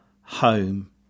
home